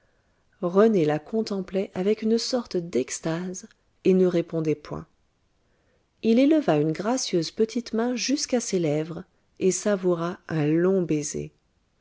rené la contemplait avec une sorte d'extase et ne répondait point il éleva une gracieuse petite main jusqu'à ses lèvres et savoura un long baiser